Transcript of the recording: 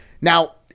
Now